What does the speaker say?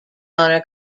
honor